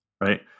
right